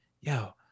yo